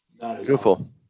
beautiful